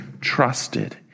trusted